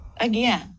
Again